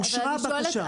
אושרה הבקשה.